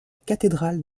cathédral